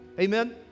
Amen